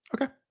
Okay